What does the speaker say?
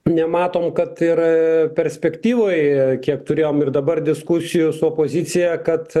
nematom kad ir perspektyvoj kiek turėjom ir dabar diskusijų su opozicija kad